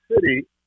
city